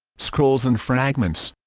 scrolls and fragments